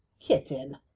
kitten